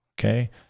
Okay